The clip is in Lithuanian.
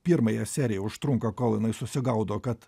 pirmąją seriją užtrunka kol jinai susigaudo kad